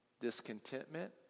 discontentment